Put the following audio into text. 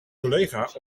collega